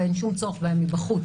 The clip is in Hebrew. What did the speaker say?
ואין שום צורך בהם בחוץ.